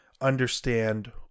understand